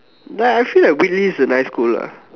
ya I feel like Whitley is a nice school lah